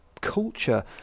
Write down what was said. culture